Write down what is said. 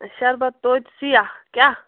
شَربَت توتہِ سِیاہ کیٛاہ